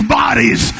bodies